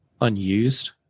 unused